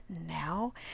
now